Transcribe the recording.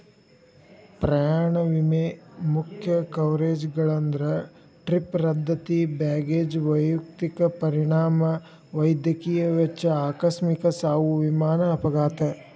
ಪ್ರಯಾಣ ವಿಮೆ ಮುಖ್ಯ ಕವರೇಜ್ಗಳಂದ್ರ ಟ್ರಿಪ್ ರದ್ದತಿ ಬ್ಯಾಗೇಜ್ ವೈಯಕ್ತಿಕ ಪರಿಣಾಮ ವೈದ್ಯಕೇಯ ವೆಚ್ಚ ಆಕಸ್ಮಿಕ ಸಾವು ವಿಮಾನ ಅಪಘಾತ